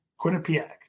Quinnipiac